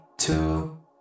two